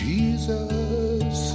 Jesus